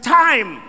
time